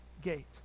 gate